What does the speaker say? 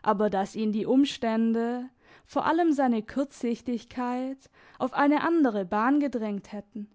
aber dass ihn die umstände vor allem seine kurzsichtigkeit auf eine andere bahn gedrängt hätten